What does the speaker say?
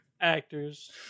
actors